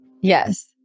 Yes